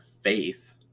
faith